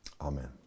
Amen